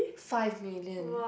five million